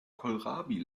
kohlrabi